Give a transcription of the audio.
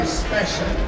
special